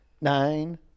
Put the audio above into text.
nine